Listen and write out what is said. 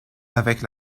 avec